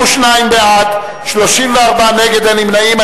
62 בעד, 34 נגד, אין נמנעים.